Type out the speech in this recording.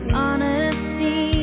honesty